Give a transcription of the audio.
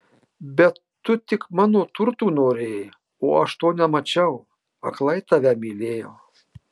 bet tu tik mano turtų norėjai o aš to nemačiau aklai tave mylėjau